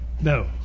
No